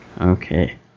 Okay